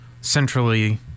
centrally